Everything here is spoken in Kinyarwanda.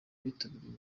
bitabiriye